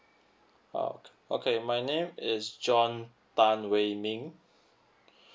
ah okay my name is john tan wei ming